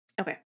Okay